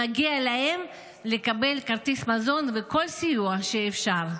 מגיע להם לקבל כרטיס מזון וכל סיוע שאפשר.